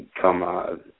come